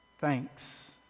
thanks